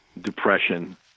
depression